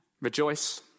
Rejoice